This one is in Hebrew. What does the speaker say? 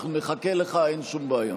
אנחנו נחכה לך, אין שום בעיה.